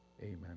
Amen